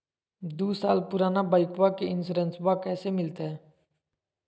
दू साल पुराना बाइकबा के इंसोरेंसबा कैसे मिलते?